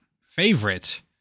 favorite